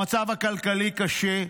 המצב הכלכלי קשה,